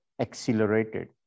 accelerated